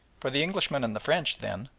for the englishman and the french, then,